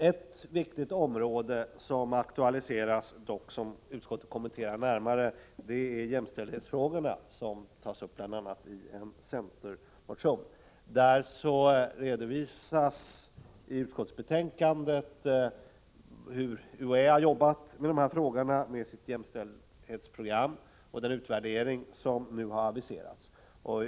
Ett viktigt område som utskottet däremot kommenterar närmare är jämställdhetsfrågorna, som har tagits upp bl.a. i en centermotion. Utskottet redovisar att UHÄ arbetat med ett jämställdhetsprogram och att man nu aviserat en utvärdering av detta.